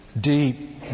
deep